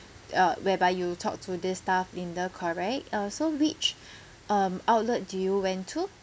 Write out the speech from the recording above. uh whereby you talk to this staff linda correct uh so which um outlet do you went to